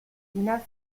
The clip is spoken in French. neuf